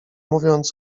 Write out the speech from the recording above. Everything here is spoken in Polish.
mówiąc